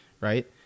right